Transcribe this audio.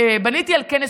בניתי על כנס.